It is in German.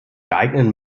geeigneten